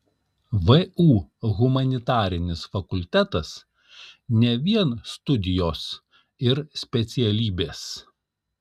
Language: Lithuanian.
vu humanitarinis fakultetas ne vien studijos ir specialybės